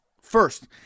First